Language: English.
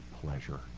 pleasure